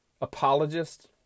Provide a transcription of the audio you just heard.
apologist